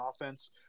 offense